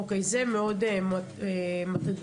אוקיי, זה מאוד מטריד אותי.